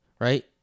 right